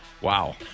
Wow